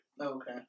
Okay